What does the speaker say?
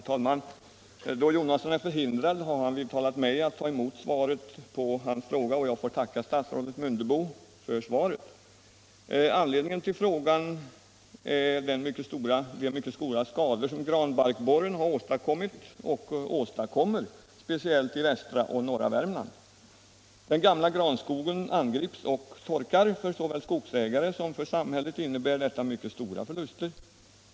Herr talman! Då herr Jonasson är förhindrad att närvara har han vidtalat mig att ta emot svaret på hans fråga, och jag tackar statsrådet Mundebo för svaret. Anledningen till frågan är de mycket stora skador som granbarkborren har åstadkommit och åstadkommer speciellt i västra och norra Värmland. Den gamla granskogen angrips och torkar. För såväl skogsägarna som samhället medför detta mycket stora förluster.